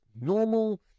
normal